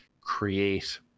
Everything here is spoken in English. create